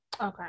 Okay